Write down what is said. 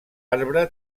arbre